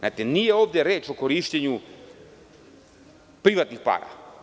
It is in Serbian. Nije ovde reč o korišćenju privatnih para.